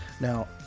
Now